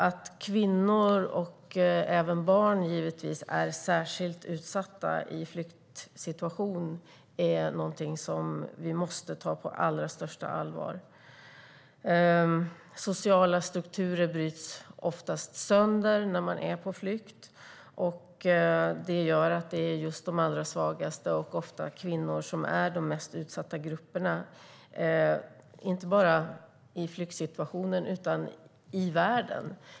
Att kvinnor och barn är särskilt utsatta i flyktsituationer är något som vi måste ta på allra största allvar. Sociala strukturer bryts oftast sönder när man är på flykt. Det leder till att de allra svagaste grupperna, ofta kvinnor, är de mest utsatta. Det gäller inte bara i flyktsituationen utan i världen.